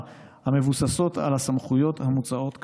המבוססות על הסמכויות המוצעות כאמור.